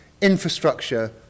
infrastructure